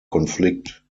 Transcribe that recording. konflikt